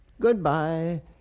Goodbye